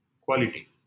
quality